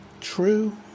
true